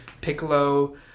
piccolo